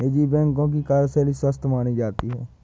निजी बैंकों की कार्यशैली स्वस्थ मानी जाती है